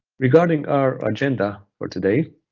regarding our agenda for today,